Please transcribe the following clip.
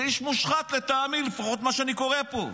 זה איש מושחת, לטעמי, לפחות ממה שאני קורא פה.